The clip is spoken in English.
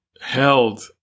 held